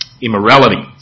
immorality